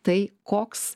tai koks